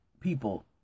people